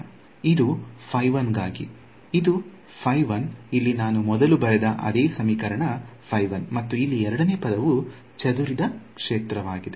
ಇದು ಗಾಗಿ ಇದು ಇಲ್ಲಿ ನಾನು ಮೊದಲು ಬರೆದ ಅದೇ ಸಮೀಕರಣ ಮತ್ತು ಇಲ್ಲಿ ಎರಡನೆಯ ಪದವು ಚದುರಿದ ಕ್ಷೇತ್ರವಾಗಿದೆ